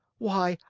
why,